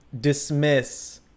dismiss